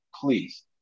please